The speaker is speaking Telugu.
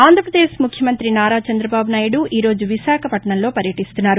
ఆంధ్రాపదేశ్ ముఖ్యమంతి నారా చంద్రబాబు నాయుడు ఈరోజు విశాఖపట్నంలో పర్యటిస్తున్నారు